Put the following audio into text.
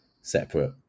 separate